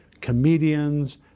comedians